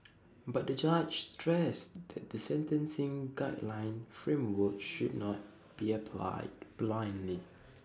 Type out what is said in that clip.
but the judge stressed that the sentencing guideline framework should not be applied blindly